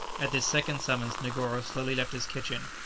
at this second summons negoro slowly left his kitchen,